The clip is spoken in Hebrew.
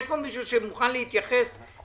יש כאן מישהו מהרשתות שמוכן להתייחס לזה?